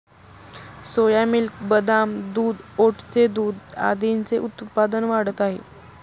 सोया milk, बदाम दूध, ओटचे दूध आदींचे उत्पादन वाढत आहे